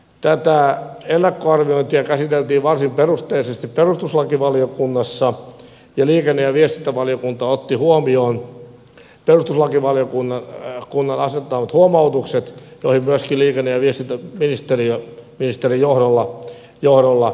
tätä ennakkoarviointia käsiteltiin varsin perusteellisesti perustuslakivaliokunnassa ja liikenne ja viestintävaliokunta otti huomioon perustuslakivaliokunnan asettamat huomautukset joihin myöskin liikenne ja viestintäministeriö ministerin johdolla yhtyi